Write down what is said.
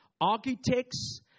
architects